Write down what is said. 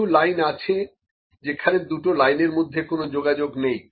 কিছু লাইন আছে যেখানে দুটো লাইনের মধ্যে কোনো যোগাযোগ নেই